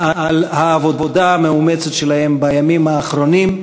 על העבודה המאומצת שלהם בימים האחרונים,